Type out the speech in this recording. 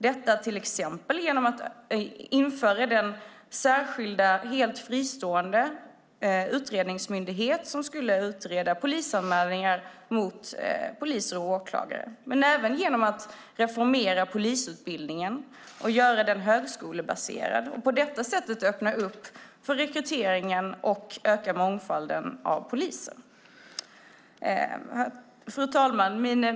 Det kan till exempel göras genom att införa den särskilda fristående utredningsmyndighet som skulle utreda polisanmälningar mot poliser och åklagare. Men det kan även göras genom att reformera polisutbildningen och göra den högskolebaserad och på det sättet öppna upp rekryteringen och öka mångfalden av poliser. Fru talman!